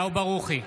אליהו ברוכי,